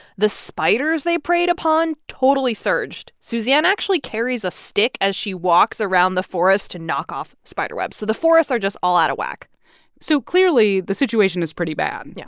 the spiders they preyed upon totally surged. suzanne actually carries a stick as she walks around the forest to knock off spider webs. so the forests are just all out of whack so clearly, the situation is pretty bad. and yeah